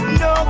no